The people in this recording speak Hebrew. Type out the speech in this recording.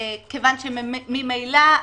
כי ממילא,